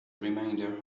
reminder